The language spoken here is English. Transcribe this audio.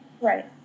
Right